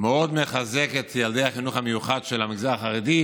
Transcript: מאוד מחזק את ילדי החינוך המיוחד של המגזר החרדי,